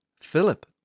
Philip